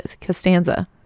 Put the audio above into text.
costanza